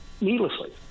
needlessly